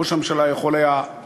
ראש הממשלה היה יכול לזכות,